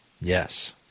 Yes